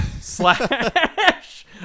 Slash